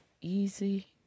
easy